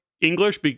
english